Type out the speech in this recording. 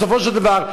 בסופו של דבר,